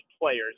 players